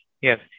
yes